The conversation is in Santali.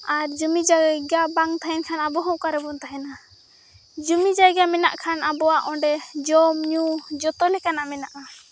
ᱟᱨ ᱡᱩᱢᱤᱼᱡᱟᱭᱜᱟ ᱵᱟᱝ ᱛᱟᱦᱮᱱᱠᱷᱟᱱ ᱟᱵᱚᱦᱚᱸ ᱚᱠᱟᱨᱮᱵᱚᱱ ᱛᱟᱦᱮᱱᱟ ᱡᱩᱢᱤᱼᱡᱟᱭᱜᱟ ᱢᱮᱱᱟᱜ ᱠᱷᱟᱱ ᱟᱵᱚᱣᱟᱜ ᱚᱸᱰᱮ ᱡᱚᱢᱼᱧᱩ ᱡᱚᱛᱚ ᱞᱮᱠᱟᱱᱟᱜ ᱢᱮᱱᱟᱜᱼᱟ